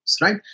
right